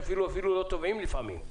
שאפילו לא תובעים לפעמים,